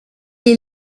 est